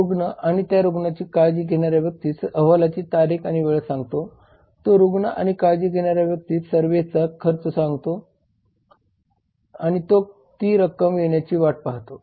तो रुग्ण आणि त्या रुग्णाची काळजी घेणाऱ्या व्यक्तीस अहवालाची तारीख आणि वेळ सांगतो तो रुग्ण आणि काळजी घेणाऱ्या व्यक्तीस सेवेचा खर्च सांगतो आणि तो ती रक्कम येण्याची वाट पाहतो